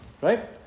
Right